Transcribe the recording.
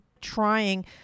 trying